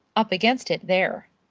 up against it there.